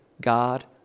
God